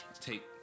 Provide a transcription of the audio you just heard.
take